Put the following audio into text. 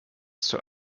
zur